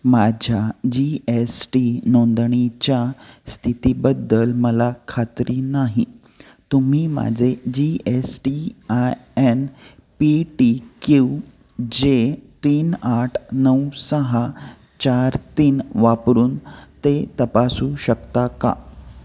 माझ्या G S T नोंदणीच्या स्थितीबद्दल मला खात्री नाही तुम्ही माझे G S T I N P T Q J तीन आठ नऊ सहा चार तीन वापरून ते तपासू शकता का